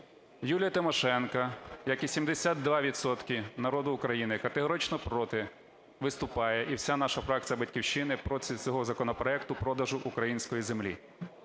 Юлія Тимошенко, як і 72 відсотки народу України категорично проти виступає, і вся наша фракція "Батьківщина" проти цього законопроекту продажу української землі.